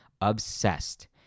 obsessed